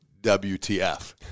WTF